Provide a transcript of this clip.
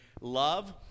love